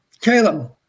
Caleb